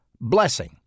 blessing